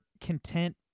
content